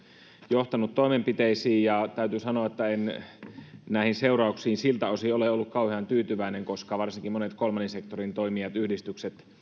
johtanut toimenpiteisiin ja täytyy sanoa että en näihin seurauksiin siltä osin ole ollut kauhean tyytyväinen koska varsinkin monet kolmannen sektorin toimijat yhdistykset